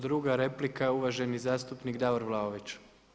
Druga replika je uvaženi zastupnik Davor Vlaović.